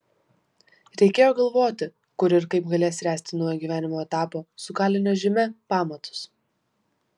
reikėjo galvoti kur ir kaip galės ręsti naujo gyvenimo etapo su kalinio žyme pamatus